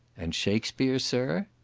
and shakspeare, sir?